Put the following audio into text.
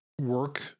work